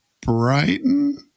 Brighton